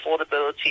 affordability